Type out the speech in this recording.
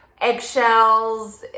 eggshells